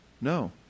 No